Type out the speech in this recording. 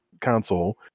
console